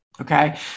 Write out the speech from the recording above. Okay